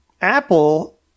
Apple